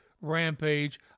Rampage